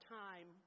time